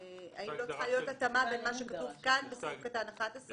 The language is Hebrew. האם לא צריכה להיות התאמה בין מה שכתוב כאן בסעיף קטן (11)?